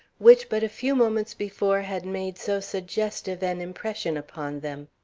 which but a few moments before had made so suggestive an impression upon them.